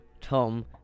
Tom